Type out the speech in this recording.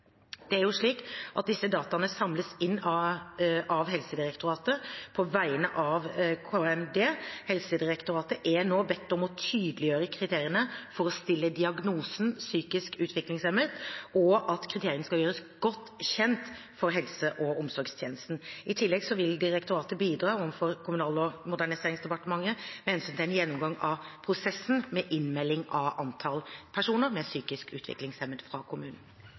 Disse dataene samles inn av Helsedirektoratet på vegne av KMD. Helsedirektoratet er nå bedt om å tydeliggjøre kriteriene for å stille diagnosen psykisk utviklingshemmet, og at kriteriene skal gjøres godt kjent for helse- og omsorgstjenesten. I tillegg vil direktoratet bidra overfor Kommunal- og moderniseringsdepartementet med hensyn til en gjennomgang av prosessen med innmelding av antall personer med psykisk utviklingshemming fra